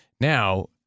Now